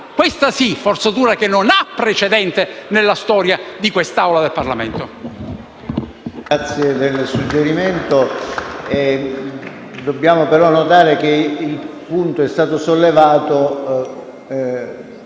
questa sì - che non ha precedente nella storia di quest'Aula del Parlamento.